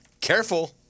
careful